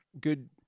good